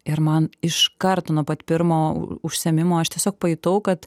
ir man iškart nuo pat pirmo užsiėmimo aš tiesiog pajutau kad